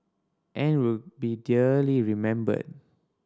and will be dearly remembered